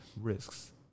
risks